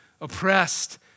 oppressed